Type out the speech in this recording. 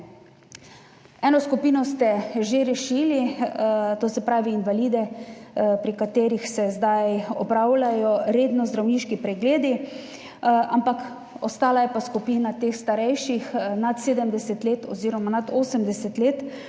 Eno skupino ste že rešili, to se pravi invalide, pri katerih se zdaj redno opravljajo zdravniški pregledi, ampak ostala je pa skupina teh starejših nad 70 let oziroma nad 80 let,